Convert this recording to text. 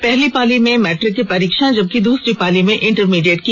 पहली पाली में मैट्रिक की परीक्षा होगी जबकि दूसरी पाली में इंटरमीडिएट की